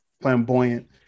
flamboyant